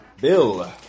Bill